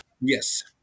Yes